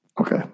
Okay